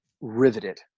riveted